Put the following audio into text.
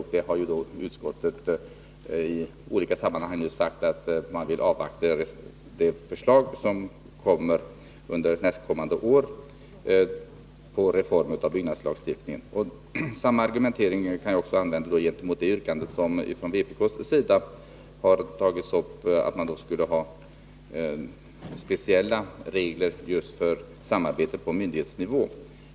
Beträffande detta har utskottet i olika sammanhang sagt att man vill avvakta det förslag till reform av byggnadslagstiftningen som väntas under nästkommande år. Samma argumentering kan jag också använda gentemot det yrkande som har tagits upp från vpk:s sida, nämligen att man skulle ha speciella regler just för samarbetet på myndighetsnivå.